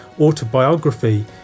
autobiography